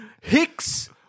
Hicks